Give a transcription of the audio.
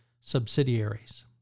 subsidiaries